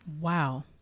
Wow